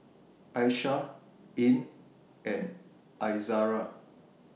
Aishah Ain and Izara